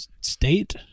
state